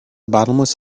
bottomless